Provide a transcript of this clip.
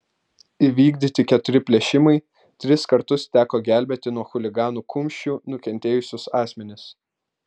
įvykdyti keturi plėšimai tris kartus teko gelbėti nuo chuliganų kumščių nukentėjusius asmenis